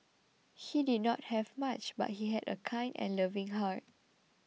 he did not have much but he had a kind and loving heart